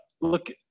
Look